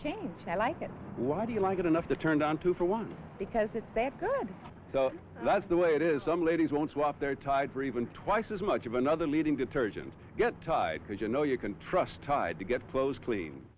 change i like it why do you like it enough to turn down to for one because it's that good so that's the way it is some ladies won't swap their type or even twice as much of another leading detergent get tied because you know you can trust tide to get clothes clean